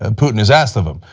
ah putin has asked of him.